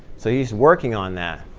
so he's working on that.